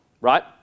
right